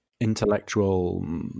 intellectual